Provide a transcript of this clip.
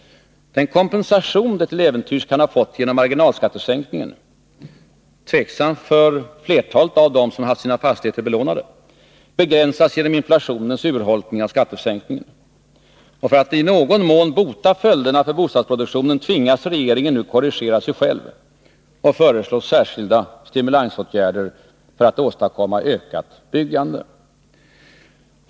Den kompensation de till äventyrs kunde ha fått genom marginalskattesänkningen — tveksam för flertalet av dem som haft sina fastigheter belånade — begränsas genom inflationens urholkning av skattesänkningen. Och för att i någon mån bota följderna för bostadsproduktionen tvingas regeringen nu korrigera sig själv och föreslå särskilda stimulansinsatser för att åstadkomma ökat byggande.